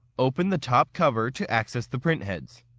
open the top cover to access the print heads.